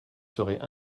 seraient